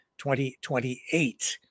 2028